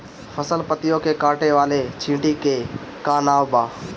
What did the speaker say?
फसल पतियो के काटे वाले चिटि के का नाव बा?